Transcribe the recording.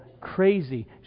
crazy